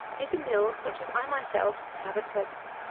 is a mill such as i myself have at present.